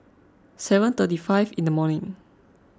seven thirty five in the morning